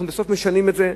אנחנו בסוף משנים את זה.